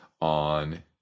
on